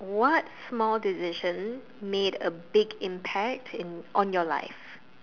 what small decision made a big impact in on your life